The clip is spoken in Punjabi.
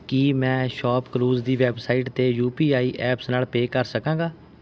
ਕੀ ਮੈਂ ਸ਼ੌਪਕਲੂਜ਼ ਦੀ ਵੈੱਬਸਾਈਟ 'ਤੇ ਯੂ ਪੀ ਆਈ ਐਪਸ ਨਾਲ ਪੇਅ ਕਰ ਸਕਾਂਗਾ